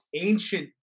ancient